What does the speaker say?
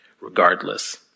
regardless